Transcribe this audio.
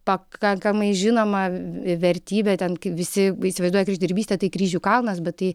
pakankamai žinoma vertybė ten kaip visi įsivaizduoja kryždirbystė tai kryžių kalnas bet tai